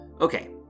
Okay